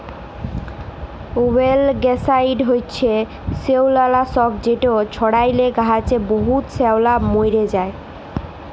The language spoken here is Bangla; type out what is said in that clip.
অয়েলগ্যাসাইড হছে শেওলালাসক যেট ছড়াইলে গাহাচে বহুত শেওলা মইরে যায়